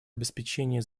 обеспечение